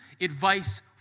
advice